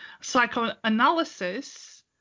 Psychoanalysis